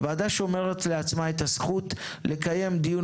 הוועדה שומרת לעצמה את הזכות לקיים דיון